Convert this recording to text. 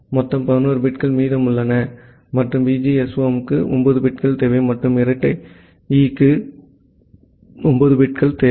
எனவே மொத்தம் 11 பிட்கள் மீதமுள்ளன மற்றும் VGSOM க்கு 9 பிட்கள் தேவை மற்றும் இரட்டை E க்கு 9 பிட்கள் தேவை